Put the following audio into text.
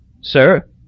Sir